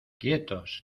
quietos